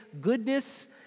goodness